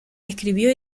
escribió